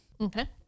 Okay